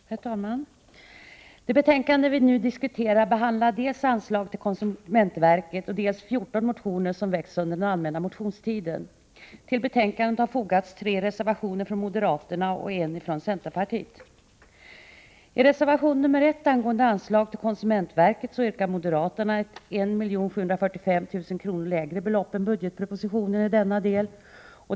Herr talman! Det betänkande vi nu diskuterar behandlar dels anslag till konsumentverket, dels 14 motioner som väckts under den allmänna motionstiden. Till betänkandet har fogats tre reservationer från moderaterna och en från centerpartiet. I reservation 1 angående anslag till konsumentverket yrkar moderaterna ett 1 745 000 kr. lägre belopp än budgetpropositionens i denna del.